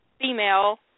female